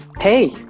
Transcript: Hey